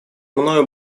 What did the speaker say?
мною